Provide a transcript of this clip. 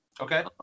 Okay